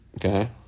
Okay